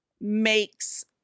makes